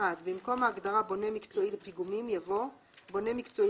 (1)במקום ההגדרה "בונה מקצועי לפיגומים" יבוא: "בונה מקצועי